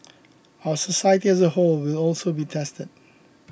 our society as a whole will also be tested